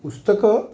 पुस्तकं